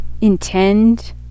intend